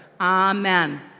Amen